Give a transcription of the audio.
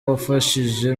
wafashije